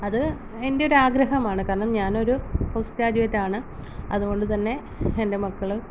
അത് എൻറ്റൊരു ആഗ്രഹമാണ് കാരണം ഞാനൊരു പോസ്റ്റ് ഗ്രാജുയേറ്റാണ് അതുകൊണ്ട്തന്നെ എൻ്റെ മക്കള്